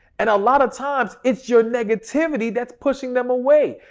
and a lot of times it's your negativity that's pushing them away.